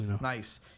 Nice